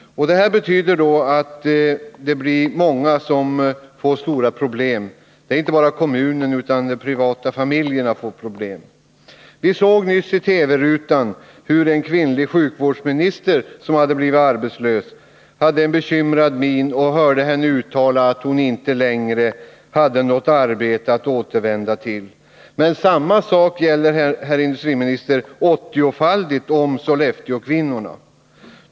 Det betyder att det blir många som får problem — inte bara kommunen utan också familjerna. Vi såg nyligen i TV-rutan hur en kvinnlig sjukvårdsminister som blivit arbetslös hade en bekymrad min, och vi hörde henne uttala att hon inte hade något arbete att återvända till. Men samma sak gäller, herr industriminister, 80-faldigt om Sollefteåkvinnorna.